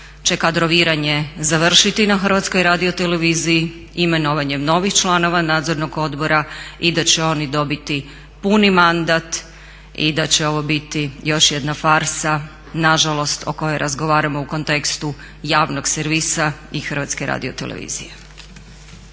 će kadroviranje završiti na HRT-u imenovanjem novih članova Nadzornog odbora i da će oni dobiti puni mandat i da će ovo biti još jedna farsa nažalost o kojoj razgovaramo u kontekstu javnog servisa i HRT-a. **Zgrebec,